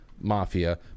mafia